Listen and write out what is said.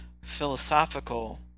philosophical